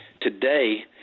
today